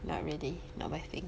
not really not my thing